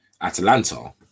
Atalanta